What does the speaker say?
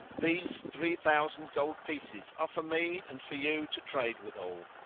these three thousand gold pieces are for me and for you to trade withal,